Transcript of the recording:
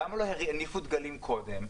למה לא הניפו דגלים קודם?